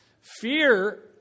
Fear